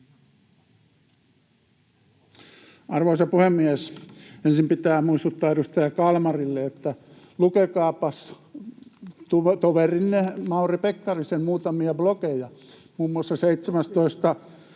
Arvoisa puhemies! Ensin pitää muistuttaa edustaja Kalmarille, että lukekaapas toverinne Mauri Pekkarisen muutamia blogeja. Muun muassa 17.